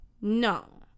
No